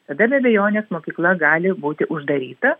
tada be abejonės mokykla gali būti uždaryta